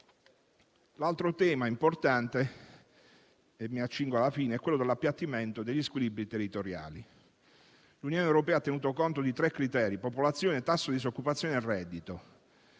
L'altro tema importante è l'appiattimento degli squilibri territoriali. L'Unione europea ha tenuto conto di tre criteri: popolazione, tasso di disoccupazione e reddito.